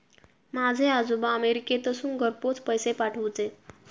माझे आजोबा अमेरिकेतसून घरपोच पैसे पाठवूचे